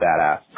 badass